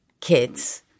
kids